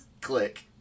Click